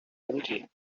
empty